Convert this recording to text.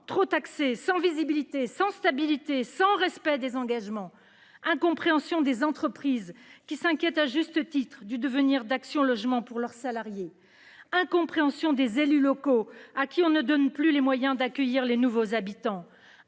trop taxés, sans visibilité, sans stabilité, sans respect des engagements ; des entreprises, qui s'inquiètent à juste titre du devenir d'Action Logement pour leurs salariés ; des élus locaux, auxquels on ne donne plus les moyens d'accueillir les nouveaux habitants